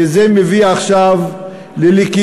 כי זה מביא עכשיו ללכידות,